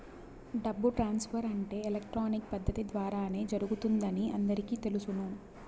డబ్బు ట్రాన్స్ఫర్ అంటే ఎలక్ట్రానిక్ పద్దతి ద్వారానే జరుగుతుందని అందరికీ తెలుసును